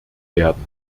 werden